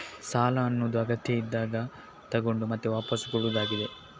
ಸಾಲ ಅನ್ನುದು ಅಗತ್ಯ ಇದ್ದಾಗ ಹಣ ತಗೊಂಡು ಮತ್ತೆ ವಾಪಸ್ಸು ಕೊಡುದಾಗಿದೆ